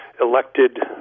elected